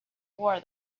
war